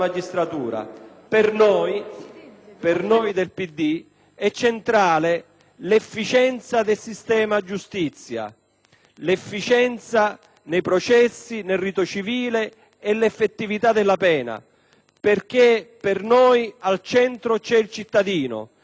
Democratico sono centrali l'efficienza del sistema giustizia, l'efficienza nei processi e nel rito civile e l'effettività della pena, perché per noi al centro c'è il cittadino, a cui anche la giustizia,